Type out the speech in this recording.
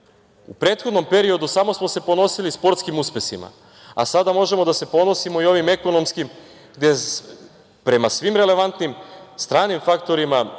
u prethodnom periodu samo se ponosili sportskim uspesima, a sada možemo da se ponosimo i ovim ekonomskim prema svim relevantnim stranim faktorima,